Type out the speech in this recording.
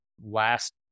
last